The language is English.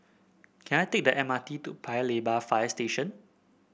can I take the M R T to Paya Lebar Fire Station